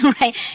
right